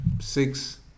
six